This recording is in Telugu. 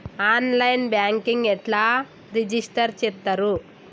ఆన్ లైన్ బ్యాంకింగ్ ఎట్లా రిజిష్టర్ చేత్తరు?